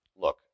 look